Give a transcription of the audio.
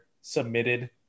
submitted